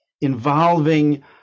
involving